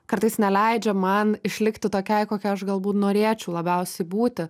kartais neleidžia man išlikti tokiai kokia aš galbūt norėčiau labiausiai būti